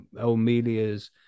Omelia's